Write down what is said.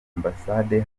ambasade